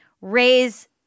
raise